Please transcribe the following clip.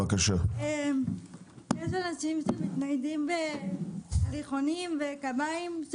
יש אנשם שמתניידים בהליכונים ובקביים,